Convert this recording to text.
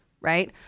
Right